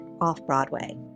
off-Broadway